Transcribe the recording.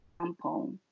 example